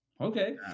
Okay